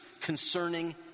concerning